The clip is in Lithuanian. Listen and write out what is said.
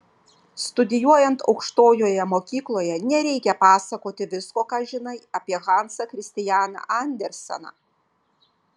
studijuojant aukštojoje mokykloje nereikia pasakoti visko ką žinai apie hansą kristianą anderseną